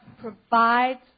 provides